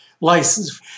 license